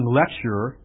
lecturer